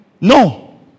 no